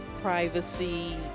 privacy